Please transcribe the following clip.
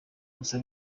gusa